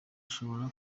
ashobora